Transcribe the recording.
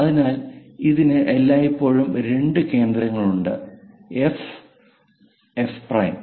അതിനാൽ ഇതിന് എല്ലായ്പ്പോഴും രണ്ട് കേന്ദ്രങ്ങളുണ്ട് എഫ് എഫ് പ്രൈം